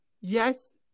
yes